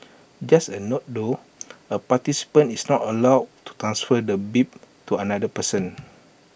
just A note though A participant is not allowed to transfer the bib to another person